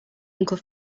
uncle